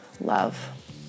love